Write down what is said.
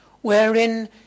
wherein